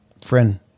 Friend